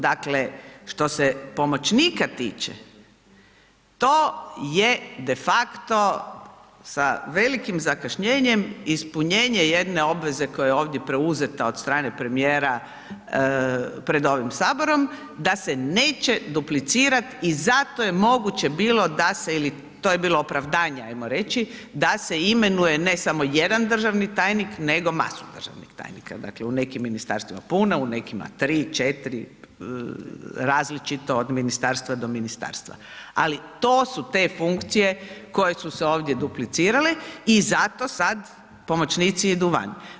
Dakle, što se pomoćnika tiče, to je defakto sa velikim zakašnjenjem ispunjenje jedne obveze koja je ovdje preuzeta od strane premijera pred ovim HS, da se neće duplicirat i zato je moguće bilo da se ili, to je bilo opravdanje ajmo reći, da se imenuje ne samo jedan državni tajnik, nego masu državnih tajnika, dakle, u nekim ministarstvima puno, u nekima 3, 4, različito od ministarstva do ministarstva, ali to su te funkcije koje su se ovdje duplicirale i zato sad pomoćnici idu van.